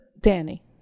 Danny